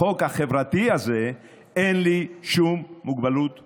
בחוק החברתי הזה אין לי שום מוגבלות פוליטית.